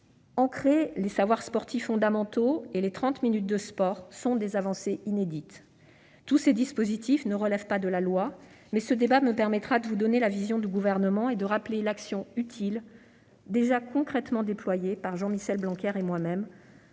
ancrer les savoirs sportifs fondamentaux, garantir trente minutes quotidiennes de sport à l'école : voilà autant d'avancées inédites. Tous ces dispositifs ne relèvent pas de la loi, mais ce débat me permettra de vous exposer la vision du Gouvernement et de rappeler l'action utile déjà concrètement déployée par Jean Michel Blanquer et moi-même